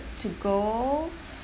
to go